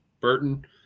Burton